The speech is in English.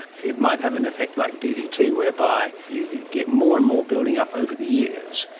it might have an effect like ddt whereby you get more and more building up over the years.